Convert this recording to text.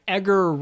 Edgar